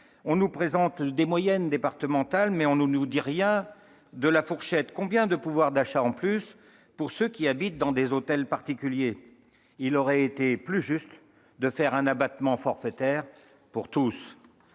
On nous présente des moyennes départementales, mais on ne nous dit rien de la fourchette. Combien de pouvoir d'achat en plus pour ceux qui habitent dans des hôtels particuliers ? Il aurait été plus juste de proposer un abattement forfaitaire pour tous.